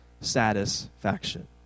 satisfaction